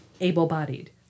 able-bodied